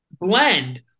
blend